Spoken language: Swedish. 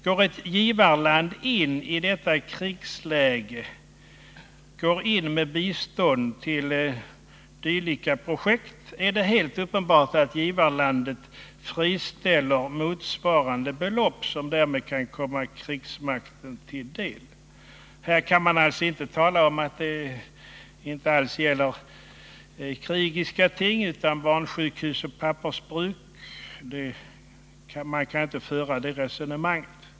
Går ett givarland i detta krigsläge in med bistånd till dylika projekt är det helt uppenbart att givarlandet friställer motsvarande belopp, som därmed kan komma krigsmakten till del. Här kan man alltså inte tala om att det inte alls gäller krigiska ting utan barnsjukhus och pappersbruk — man kan inte föra det resonemanget.